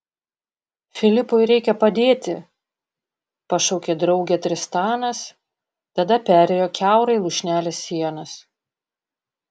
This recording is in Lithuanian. filipui reikia padėti pašaukė draugę tristanas tada perėjo kiaurai lūšnelės sienas